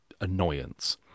annoyance